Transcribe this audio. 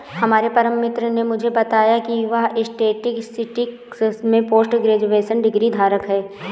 हमारे परम मित्र ने मुझे बताया की वह स्टेटिस्टिक्स में पोस्ट ग्रेजुएशन डिग्री धारक है